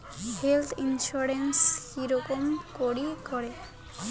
Health insurance কেমন করি করে?